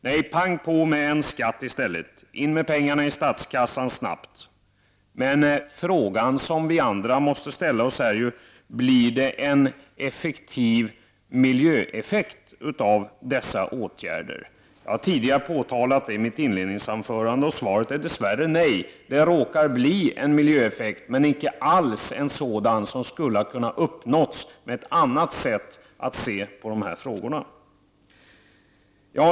Nej, pang på med en skatt i stället. Snabbt in med pengarna i statskassan. Men frågan som vi andra måste ställa oss är ju: Blir det en effektiv miljöförbättring av dessa åtgärder? Jag påtalade detta tidigare i mitt inledningsanförande, och svaret är dess värre: nej. Det råkar bli en miljöeffekt, men icke alls en sådan som kunde ha uppnåtts med ett annat sätt att se på dessa frågor.